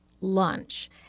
lunch